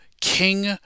king